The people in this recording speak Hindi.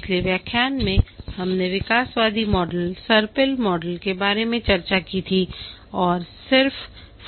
पिछले व्याख्यान में हमने विकासवादी मॉडल सर्पिल मॉडल के बारे में चर्चा की थी और सिर्फ